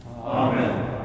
Amen